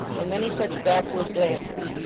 and many such backward glances,